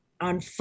on